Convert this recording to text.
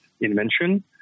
invention